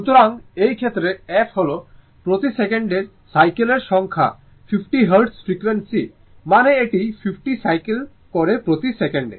সুতরাং এই ক্ষেত্রে f হল প্রতি সেকেন্ডের সাইকেল এর সংখ্যা 50 হার্জ ফ্রিকোয়েন্সি মানে এটি 50 সাইকেল করে প্রতি সেকেন্ডে